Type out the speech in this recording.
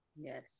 Yes